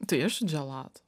tai aišku dželato